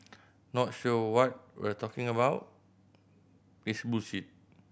not sure what we're talking about